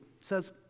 says